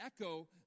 echo